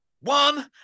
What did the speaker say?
One